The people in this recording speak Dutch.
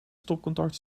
stopcontact